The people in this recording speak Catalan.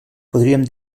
podríem